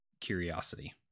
curiosity